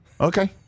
Okay